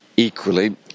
Equally